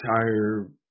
entire